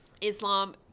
islam